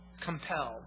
compelled